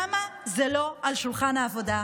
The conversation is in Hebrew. למה זה לא על שולחן העבודה?